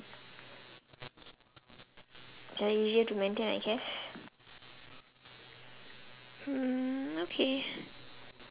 they're easier to maintain I guess mm okay